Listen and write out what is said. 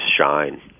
shine